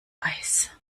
eis